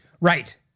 Right